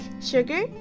sugar